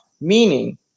meaning